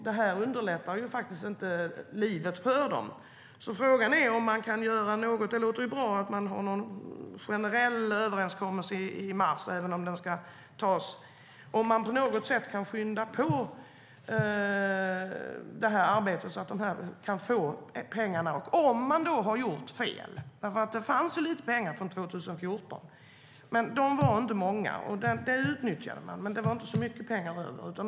Detta underlättar inte livet för dem. Frågan är om man kan göra något. Det låter bra att man har någon generell överenskommelse i mars, även om den ska antas. Det vore bra om man på något sätt kan skynda på arbetet så att de kan få pengarna. Det fanns lite pengar från 2014, men det var inte mycket. De utnyttjade dem, men det var inte så mycket pengar över.